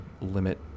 limit